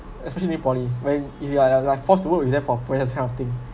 especially poly when is you you are like forced to work with them for projects that kind of thing